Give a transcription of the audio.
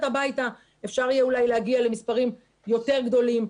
הביתה אפשר יהיה אולי להגיע למספרים יותר גדולים.